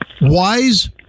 wise